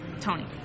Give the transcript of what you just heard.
Tony